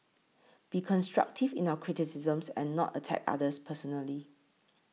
be constructive in our criticisms and not attack others personally